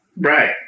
Right